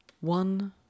one